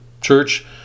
church